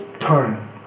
turn